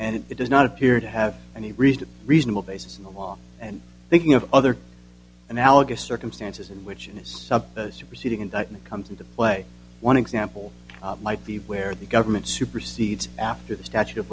and it does not appear to have any reason a reasonable basis in the law and thinking of other analogous circumstances in which it is sub the superseding indictment comes into play one example might be where the government supersedes after the statute of